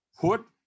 put